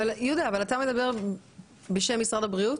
אבל אתה מדבר בשם משרד הבריאות?